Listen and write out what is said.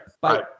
Bye